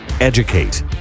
educate